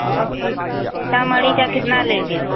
और फिर सीतामढ़ी का कितना लेंगे